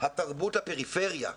התרבות לפריפריה.